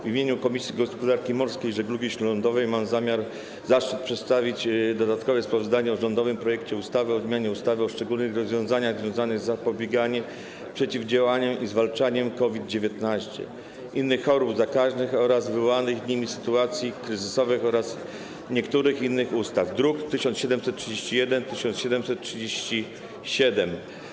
W imieniu Komisji Gospodarki Morskiej i Żeglugi Śródlądowej mam zaszczyt przedstawić dodatkowe sprawozdanie o rządowym projekcie ustawy o zmianie ustawy o szczególnych rozwiązaniach związanych z zapobieganiem, przeciwdziałaniem i zwalczaniem COVID-19, innych chorób zakaźnych oraz wywołanych nimi sytuacji kryzysowych oraz niektórych innych ustaw, druk nr 1731 i 1737.